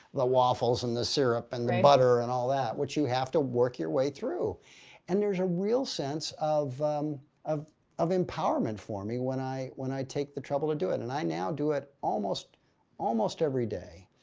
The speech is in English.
the waffles and the syrup and the butter and all that, which you have to work your way through and there's a real sense of of of empowerment for me when i when i take the trouble to do it and i now do it almost almost every day.